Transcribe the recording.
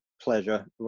pleasure